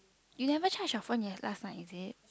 you never charge your phone ye~ last night is it